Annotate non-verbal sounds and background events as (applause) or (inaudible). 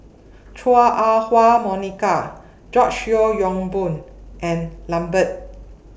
(noise) Chua Ah Huwa Monica George Yeo Yong Boon and Lambert